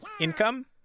income